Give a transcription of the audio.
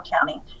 County